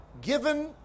Given